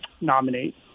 nominate